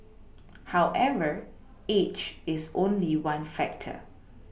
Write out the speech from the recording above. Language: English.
however age is only one factor